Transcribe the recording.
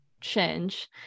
change